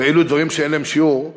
ואלו דברים שאין להם שיעור,